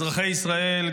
אזרחי ישראל,